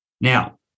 now